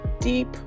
deep